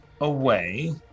away